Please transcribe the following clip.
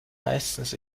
meistens